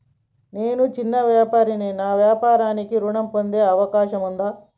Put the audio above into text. నేను చిన్న వ్యాపారిని నా వ్యాపారానికి ఋణం పొందే అవకాశం ఉందా?